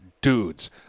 dudes